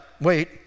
wait